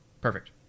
Perfect